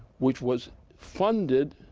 which was funded